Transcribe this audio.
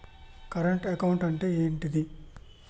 Current account అంటే ఏంటిది?